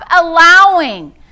allowing